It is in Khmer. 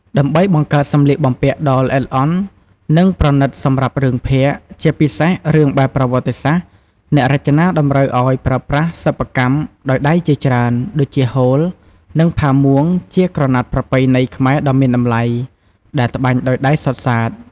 ដើម្បីបង្កើតសម្លៀកបំពាក់ដ៏ល្អិតល្អន់ និងប្រណិតសម្រាប់រឿងភាគ ជាពិសេសរឿងបែបប្រវត្តិសាស្ត្រ អ្នករចនាតម្រូវឱ្យប្រើប្រាស់ សិប្បកម្មដោយដៃជាច្រើន ដូចជាហូល និងផាមួងជាក្រណាត់ប្រពៃណីខ្មែរដ៏មានតម្លៃ ដែលត្បាញដោយដៃសុទ្ធសាធ។